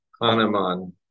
Hanuman